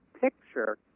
picture